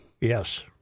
Yes